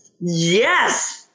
Yes